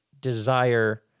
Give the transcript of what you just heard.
desire